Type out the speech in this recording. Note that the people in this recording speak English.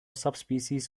subspecies